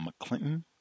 McClinton